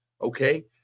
okay